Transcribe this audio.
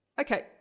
Okay